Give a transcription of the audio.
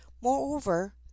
moreover